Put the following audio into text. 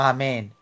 Amen